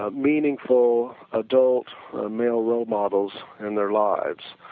ah meaningful adult male role models in their lives,